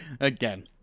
Again